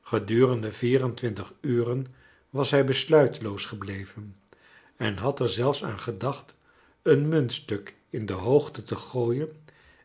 gedurende vier en twintig uren was hij besluiteloos gebleven en had er zelfs aan gedacht een muntstuk in de hoogte te gooien